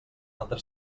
altre